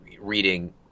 reading